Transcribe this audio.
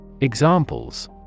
Examples